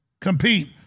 compete